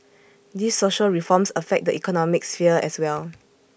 these social reforms affect the economic sphere as well